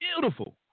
Beautiful